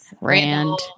Rand